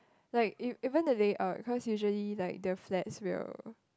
like if even if they are cause usually like the flats will